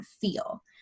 feel